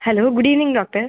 hello good evening doctor